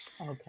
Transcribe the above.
Okay